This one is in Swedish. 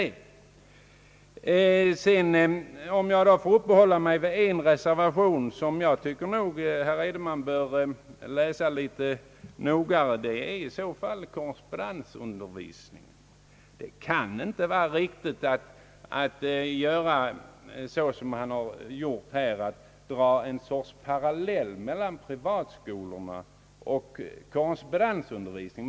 I stället vill jag uppehålla mig vid en reservation, som jag tycker att herr Edenman nog bör läsa litet noggrannare, nämligen den som gäller korrespondensundervisningen. Det kan inte vara riktigt, som man har gjort här, att dra ett slags parallell mellan privatskolorna och korrespondensundervisningen.